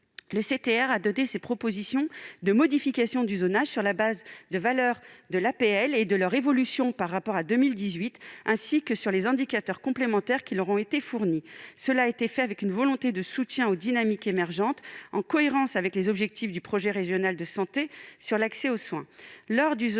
Le CTR a donné ses propositions de modification du zonage sur la base des valeurs de l'APL et de leur évolution par rapport à 2018, ainsi que sur les indicateurs complémentaires qui leur ont été fournis. Cela a été fait avec une volonté de soutien aux dynamiques émergentes, en cohérence avec les objectifs du projet régional de santé sur l'accès aux soins.